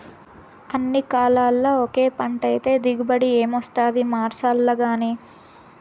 అన్ని కాలాల్ల ఒకే పంటైతే దిగుబడి ఏమొస్తాది మార్సాల్లగానీ